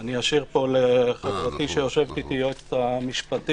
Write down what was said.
אני אשאיר לחברתי שיושבת איתי, היועצת המשפטית